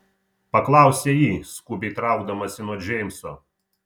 paklausė ji skubiai traukdamasi nuo džeimso